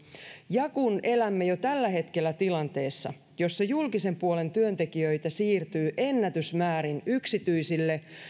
ja kun elämme jo tällä hetkellä tilanteessa jossa julkisen puolen työntekijöitä siirtyy ennätysmäärin yksityisille